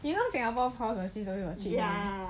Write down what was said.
you know singapore claw machine they will cheat your feeling